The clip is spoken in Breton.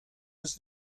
eus